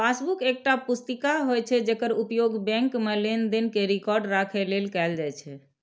passbook एकटा पुस्तिका होइ छै, जेकर उपयोग बैंक मे लेनदेन के रिकॉर्ड राखै लेल कैल जाइ छै